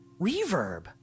reverb